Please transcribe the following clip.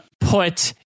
put